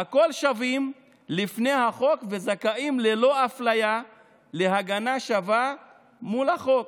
"הכול שווים לפני החוק וזכאים ללא אפליה להגנה שווה של החוק.